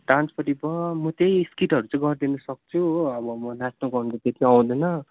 डान्सपट्टि भयो म त्यही स्किटहरू चाहिँ गरिदिन सक्छु हो अब म नाच्नु गाउनु त्यति आउँदैन